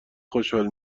خوشحال